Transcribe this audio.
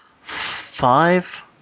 five